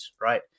right